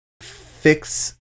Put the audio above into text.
fix